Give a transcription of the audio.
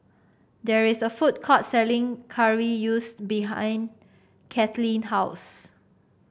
there is a food court selling behind Kathleen house